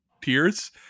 tears